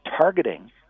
Targeting